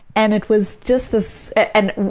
and it was just this and